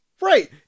Right